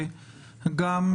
הסביבה,